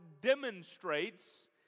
demonstrates